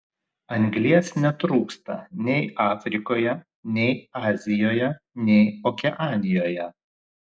anglies netrūksta nei afrikoje nei azijoje nei okeanijoje